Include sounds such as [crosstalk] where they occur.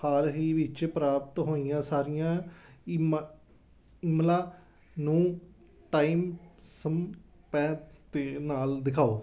ਹਾਲ ਹੀ ਵਿੱਚ ਪ੍ਰਾਪਤ ਹੋਈਆਂ ਸਾਰੀਆਂ ਈਮਾਂ ਈਮੇਲਾਂ ਨੂੰ ਟਾਈਮ [unintelligible] ਦੇ ਨਾਲ ਦਿਖਾਓ